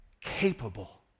capable